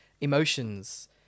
emotions